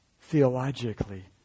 theologically